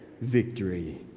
victory